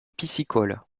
piscicole